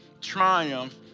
triumph